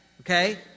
okay